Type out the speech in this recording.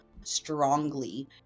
strongly